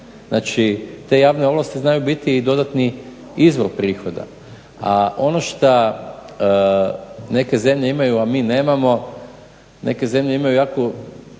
Znači te javne ovlasti znaju biti i dodatni izvor prihoda. A ono šta neke zemlje imaju, a mi nemamo, neke zemlje imaju puno